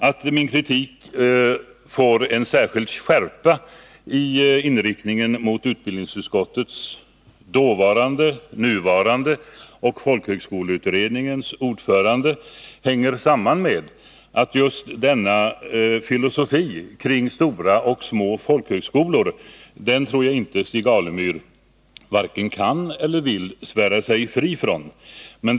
Att min kritik får en särskild skärpa när det gäller inriktningen mot utbildningsutskottets dåvarande och nuvarande ordförande samt folkhögskoleutredningens ordförande hänger samman med — det tror jag inte att Stig Alemyr vare sig kan eller vill svära sig fri från — just denna filosofi kring stora och små folkhögskolor.